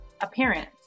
appearance